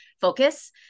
focus